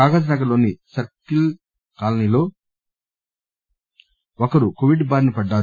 కాగజ్ నగర్ లోని సర్సిల్క్ కాలనిలో ఒకరు కొవిడ్ బారిన పడ్డారు